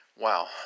wow